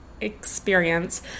experience